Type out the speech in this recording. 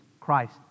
Christ